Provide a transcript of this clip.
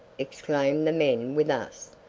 exclaimed the men with us,